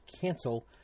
cancel